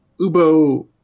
Ubo